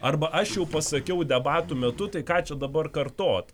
arba aš jau pasakiau debatų metu tai ką čia dabar kartot